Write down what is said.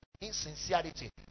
insincerity